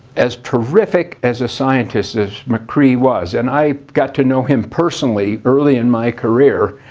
as terrific as a scientist as mccree was, and i got to know him personally early in my career.